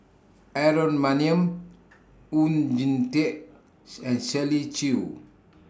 Aaron Maniam Oon Jin Teik and Shirley Chew